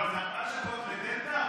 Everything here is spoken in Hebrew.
ארבעה שבועות לדלתא,